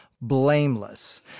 blameless